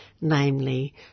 namely